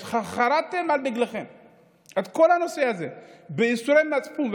ואתם חרתם על דגלכם את כל הנושא הזה בייסורי מצפון,